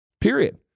Period